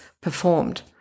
performed